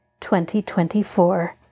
2024